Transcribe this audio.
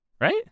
right